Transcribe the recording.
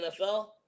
NFL